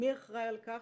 מי אחראי על כך